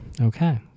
Okay